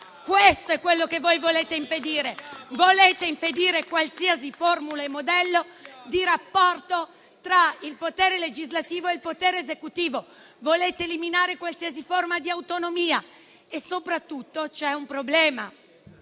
quest'Aula. Voi volete impedire qualsiasi formula e modello di rapporto tra il potere legislativo e il potere esecutivo, volete eliminare qualsiasi forma di autonomia. Soprattutto c'è un problema